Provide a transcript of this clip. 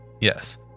Yes